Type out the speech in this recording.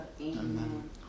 Amen